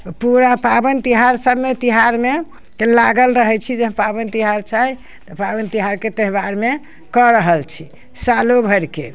पूरा पाबनि तिहार सबमे तिहारमे लागल रहै छी जे पाबनि तिहार छै तऽ पाबनि तिहारके त्यौहारमे कऽ रहल छी सालोभरिके